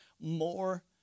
more